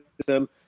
system